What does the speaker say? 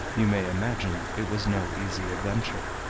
you may imagine it was no easy adventure.